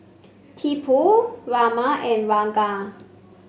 Tipu Raman and Ranga